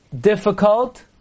difficult